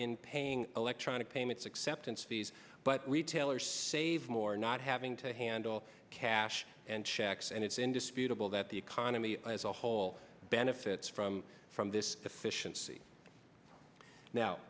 in paying electronic payments acceptance fees but retailers save more not having to handle cash and checks and it's indisputable that the economy as a whole benefits from from this efficiency now